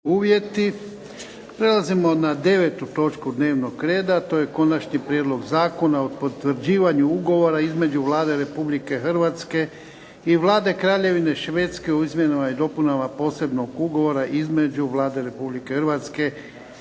(HDZ)** Prelazimo na 9. točku dnevnog reda. To je - Konačni prijedlog Zakona o potvrđivanju Ugovora između Vlade Republike Hrvatske i Vlade Kraljevine Švedske o izmjenama i dopunama Posebnog ugovora između Vlade Republike Hrvatske